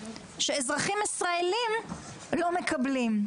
שאזרחים ישראליים לא מקבלים.